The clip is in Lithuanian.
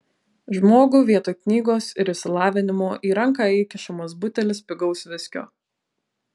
žmogui vietoj knygos ir išsilavinimo į ranką įkišamas butelis pigaus viskio